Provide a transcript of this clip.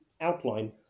outline